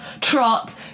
trot